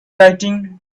writing